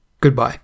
Goodbye